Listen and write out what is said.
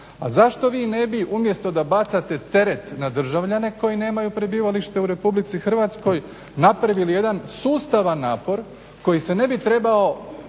zašto vi ne bi umjesto da bacate teret na državljane koji nemaju prebivalište u Republici Hrvatskoj napravili jedan sustavan napor koji se ne bi trebao